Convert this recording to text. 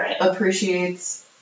appreciates